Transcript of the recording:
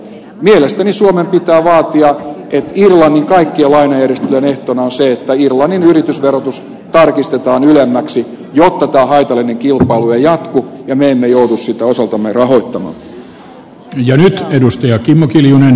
mielestäni suomen pitää vaatia että irlannin kaikkien lainajärjestelyjen ehtona on se että irlannin yritysverotus tarkistetaan ylemmäksi jotta tämä haitallinen kilpailu ei jatku ja me emme joudu sitä osaltamme rahoittamaan